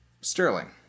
Sterling